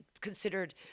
considered